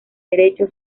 derecho